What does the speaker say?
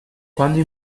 quando